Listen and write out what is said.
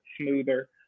smoother